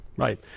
Right